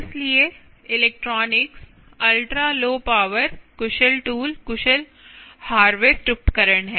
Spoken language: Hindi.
इसलिए इलेक्ट्रॉनिक्स अल्ट्रा लो पावर कुशल टूल कुशल हार्वेस्ट उपकरण है